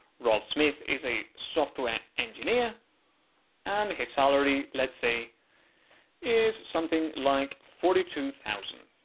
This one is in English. rolf smith is a software engineer and his salary let's say is something like forty two thousand.